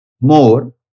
more